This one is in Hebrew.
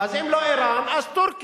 אז אם לא אירן, אז טורקיה.